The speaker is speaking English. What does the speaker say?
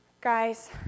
Guys